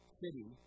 city